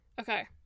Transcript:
Okay